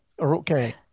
Okay